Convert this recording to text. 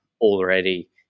already